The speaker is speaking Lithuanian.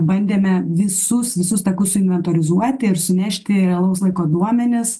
bandėme visus visus takus inventorizuoti ir sunešti realaus laiko duomenis